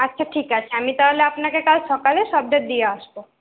আচ্ছা ঠিক আছে আমি তাহলে আপনাকে কাল সকালে সবটা দিয়ে আসবো